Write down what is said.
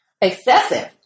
excessive